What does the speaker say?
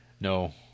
No